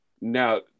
Now